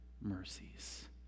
mercies